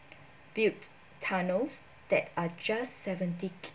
built tunnels that are just seventy